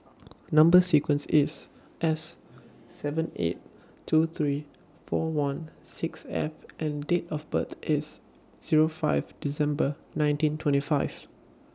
Number sequence IS S seven eight two three four one six F and Date of birth IS Zero five December nineteen twenty five